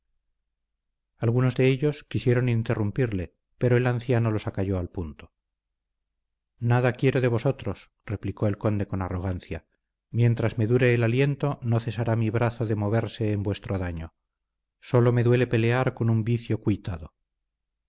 algunos de ellos quisieron interrumpirle pero el anciano los acalló al punto nada quiero de vosotros replicó el conde con arrogancia mientras me dure el aliento no cesará mi brazo de moverse en vuestro daño sólo me duele pelear con un vicio cuitado